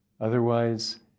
Otherwise